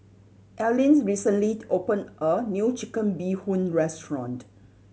Alleen recently opened a new Chicken Bee Hoon restaurant